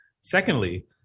Secondly